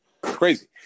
Crazy